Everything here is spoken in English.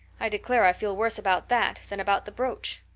i declare i feel worse about that than about the brooch.